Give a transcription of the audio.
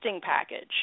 package